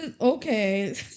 Okay